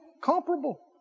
comparable